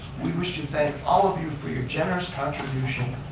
we wish to thank all of you for your generous contribution,